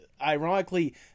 ironically